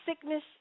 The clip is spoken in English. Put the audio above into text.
sickness